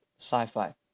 sci-fi